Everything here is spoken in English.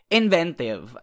inventive